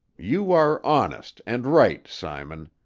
you are honest and right, simon.